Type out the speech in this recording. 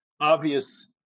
obvious